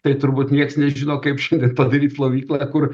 tai turbūt nieks nežino kaip šiandien padaryt plovyklą kur